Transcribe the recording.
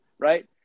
Right